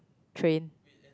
train